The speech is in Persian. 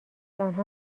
آنها